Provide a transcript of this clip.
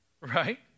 Right